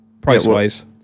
price-wise